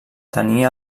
tenia